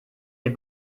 die